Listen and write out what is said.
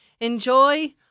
Enjoy